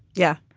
yeah.